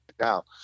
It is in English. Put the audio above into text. now